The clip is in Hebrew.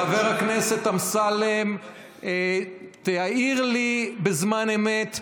חבר הכנסת אמסלם, תעיר לי בזמן אמת,